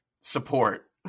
support